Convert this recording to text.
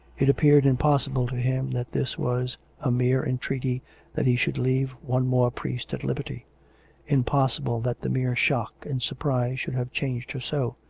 it appeared impossible to him that this was a mere entreaty that he should leave one more priest at liberty impossible that the mere shock and surprise should have changed her so.